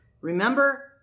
Remember